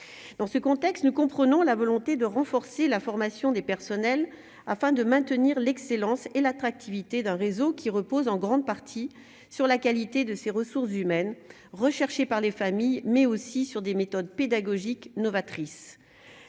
dans ce contexte, nous comprenons la volonté de renforcer la formation des personnels, afin de maintenir l'excellence et l'attractivité d'un réseau qui repose en grande partie sur la qualité de ses ressources humaines, recherché par les familles mais aussi sur des méthodes pédagogiques novatrices,